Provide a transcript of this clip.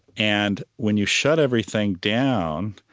and when you shut everything down,